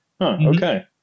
Okay